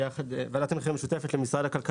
כפי שנאמר פה,